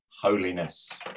holiness